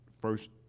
first